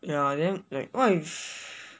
ya then like what if